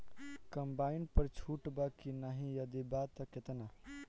Combine पर छूट बा की नाहीं यदि बा त केतना?